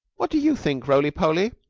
what do you think, roly-poly?